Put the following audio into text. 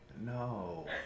No